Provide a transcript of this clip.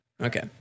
okay